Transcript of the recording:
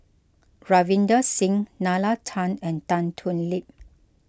Ravinder Singh Nalla Tan and Tan Thoon Lip